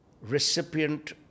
recipient